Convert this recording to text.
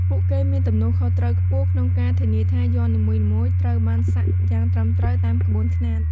ពួកគេមានទំនួលខុសត្រូវខ្ពស់ក្នុងការធានាថា យ័ន្តនីមួយៗត្រូវបានសាក់យ៉ាងត្រឹមត្រូវតាមក្បួនខ្នាត។